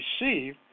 receive